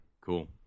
Cool